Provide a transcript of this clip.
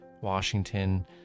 Washington